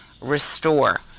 Restore